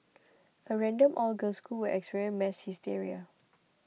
a random all girls school experience mass hysteria